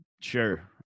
Sure